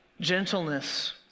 Gentleness